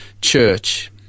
church